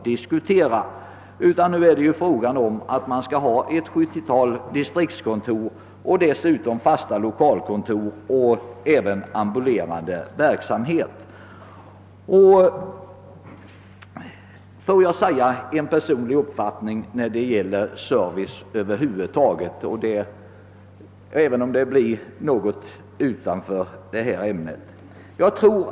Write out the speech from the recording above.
Nu gäller det i stället att vi skall ha ett 70-tal distriktskontor och dessutom fasta lokalkontor samt en ambulerande verksamhet. Sedan vill jag också göra en personlig deklaration rörande servicefrågorna, även om den saken ligger något utanför vad vi i dag diskuterar.